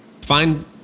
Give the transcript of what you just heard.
Find